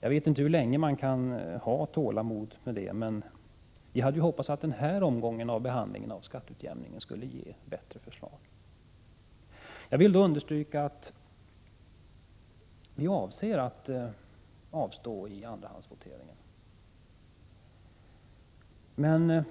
Jag vet inte hur länge man kan ha tålamod med det. Vi hade hoppats att den här behandlingsomgången av skatteutjämningen skulle ge bättre förslag. Jag vill understryka att vi avser att avstå i andrahandsvoteringen. Men